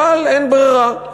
אבל אין ברירה,